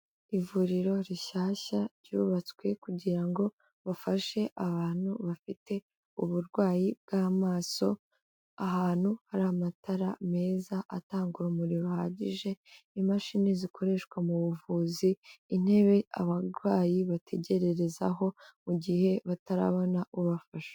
Ivuriro rishyashya ryubatswe kugira ngo bafashe abantu bafite uburwayi bw'amaso. Ahantu hari amatara meza atanga urumuri ruhagije, imashini zikoreshwa mu buvuzi, intebe abarwayi bategerererezaho mu gihe batarabona ubafasha.